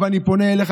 אבל אני פונה אליך,